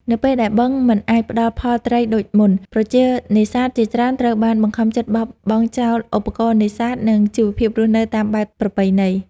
នៅពេលដែលបឹងមិនអាចផ្តល់ផលត្រីដូចមុន ប្រជានេសាទជាច្រើនត្រូវបានបង្ខំចិត្តបោះបង់ចោលឧបករណ៍នេសាទ និងជីវភាពរស់នៅតាមបែបប្រពៃណី។